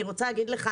אני רוצה להגיד לך,